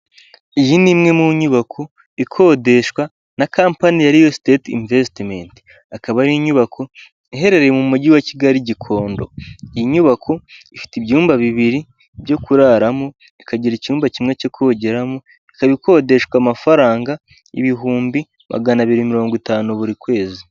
Iyi ni imwe mu nyubako ikodeshwa na kampani ya riyo siteyiti invesitimenti akaba ari inyubako iherereye mu mujyi wa Kigali i Gikondo iyi nyubako ifite ibyumba bibiri byo kuraramo ikagira icyumba kimwe cyo kongeramo ikaba ikodeshwa amafaranga ibihumbi magana abiri mirongo itanu buri kwezi.